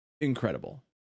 incredible